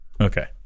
Okay